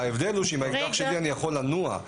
ההבדל הוא שעם האקדח שלי אני יכול לנוע,